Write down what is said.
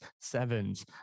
sevens